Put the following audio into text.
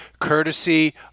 courtesy